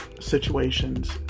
situations